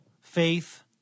faith